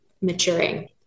maturing